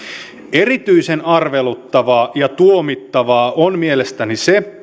erityisen arveluttavaa ja tuomittavaa on mielestäni se